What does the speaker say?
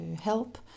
help